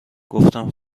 گفتم